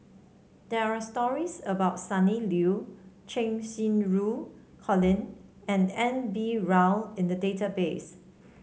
there are stories about Sonny Liew Cheng Xinru Colin and N B Rao in the database